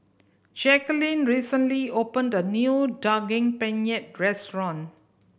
Jacquelin recently opened a new Daging Penyet restaurant